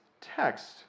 text